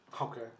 Okay